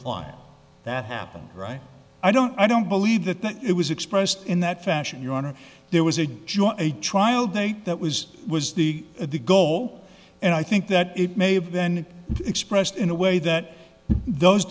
client that happened right i don't i don't believe that it was expressed in that fashion your honor there was a joint a trial date that was was the the goal and i think that it may have been expressed in a way that those